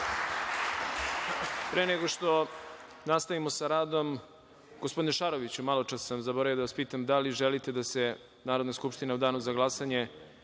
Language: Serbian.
nego što nastavimo sa radom, gospodine Šaroviću, maločas sam zaboravio da vas pitam – da li želite da se Narodna skupština u danu za glasanje